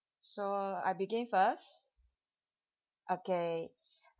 so I begin first okay